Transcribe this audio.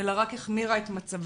אלא רק החמירה את מצבם.